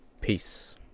Peace